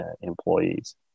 employees